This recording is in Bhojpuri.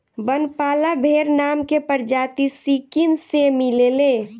बनपाला भेड़ नाम के प्रजाति सिक्किम में मिलेले